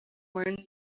mind